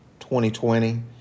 2020